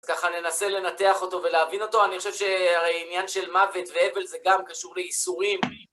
אז ככה, ננסה לנתח אותו ולהבין אותו. אני חושב שהעניין של מוות ואבל זה גם קשור לאיסורים.